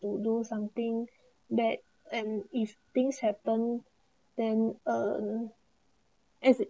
to do something bad and if things happen then uh as in